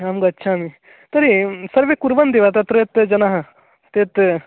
अहं गच्छामि तर्हि सर्वे कुर्वन्ति वा तत्रत्य जनाः तत्